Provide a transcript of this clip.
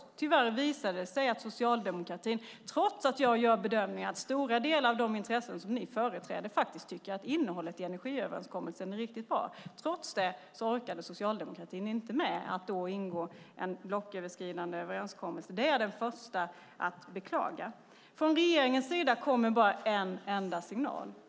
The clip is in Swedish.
Men tyvärr visade det sig att socialdemokratin - trots att jag gör bedömningen att stora delar av de intressen som ni företräder tycker att innehållet i energiöverenskommelsen är riktigt bra - inte orkade med att då ingå en blocköverskridande överenskommelse. Det är jag den första att beklaga. Från regeringens sida kommer en enda signal.